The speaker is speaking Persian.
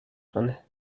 کنه